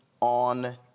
on